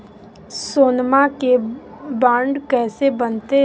सोनमा के बॉन्ड कैसे बनते?